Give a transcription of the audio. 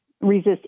resist